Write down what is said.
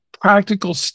practical